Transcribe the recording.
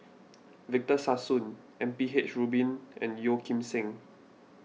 Victor Sassoon M P H Rubin and Yeo Kim Seng